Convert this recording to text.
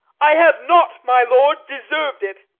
i have not, my lord, deserv'd it.